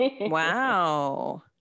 Wow